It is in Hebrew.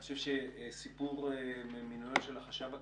אני חושב שסיפור מינויו של החשב הכללי,